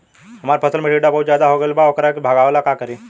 हमरा फसल में टिड्डा बहुत ज्यादा हो गइल बा वोकरा के भागावेला का करी?